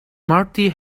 marty